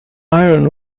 iron